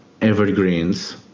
evergreens